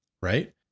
right